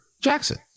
Jackson